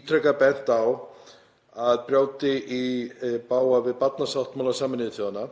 ítrekað bent á að brjóti í bága við barnasáttmála Sameinuðu þjóðanna.